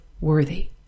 worthy